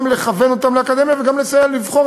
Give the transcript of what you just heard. גם לכוון אותם לאקדמיה וגם לסייע לבחור